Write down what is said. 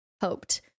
hoped